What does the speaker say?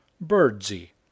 Birdsey